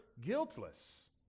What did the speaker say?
guiltless